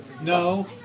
No